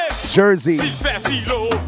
Jersey